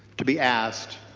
to be asked